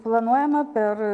planuojama per